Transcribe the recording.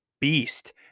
beast